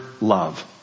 love